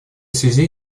связи